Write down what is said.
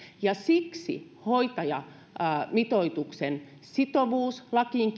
ja siksi hoitajamitoituksen sitovuus lakiin